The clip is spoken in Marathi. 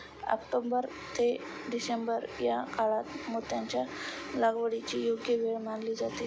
ऑक्टोबर ते डिसेंबर या काळात मोत्यांच्या लागवडीची योग्य वेळ मानली जाते